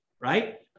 right